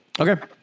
Okay